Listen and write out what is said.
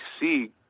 see